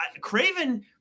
Craven